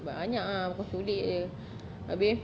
banyak ah bukan culik jer habis